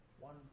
One